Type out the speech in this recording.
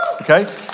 Okay